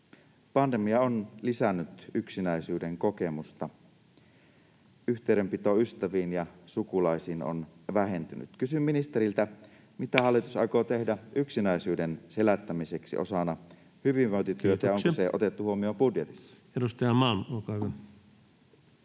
Pandemia on lisännyt yksinäisyyden kokemusta. Yhteydenpito ystäviin ja sukulaisiin on vähentynyt. Kysyn ministeriltä: mitä hallitus aikoo tehdä yksinäisyyden selättämiseksi osana hyvinvointityötä, [Puhemies: Kiitoksia!] ja onko se otettu huomioon budjetissa? Edustaja Malm, olkaa hyvä.